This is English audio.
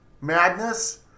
madness